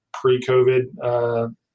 pre-COVID